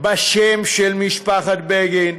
בשם של משפחת בגין.